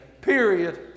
period